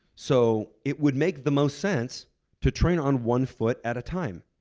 so it would make the most sense to train on one foot at a time.